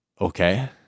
Okay